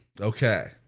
Okay